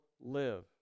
live